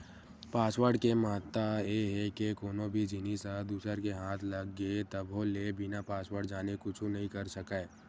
password के महत्ता ए हे के कोनो भी जिनिस ह दूसर के हाथ लग गे तभो ले बिना पासवर्ड जाने कुछु नइ कर सकय